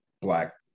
black